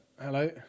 Hello